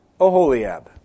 Oholiab